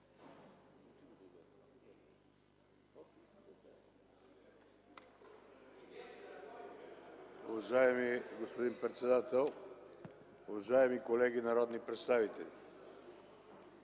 Уважаеми господин председател, уважаеми колеги народни представители!